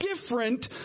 different